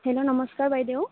hello নমস্কাৰ বাইদেউ